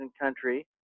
country